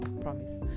promise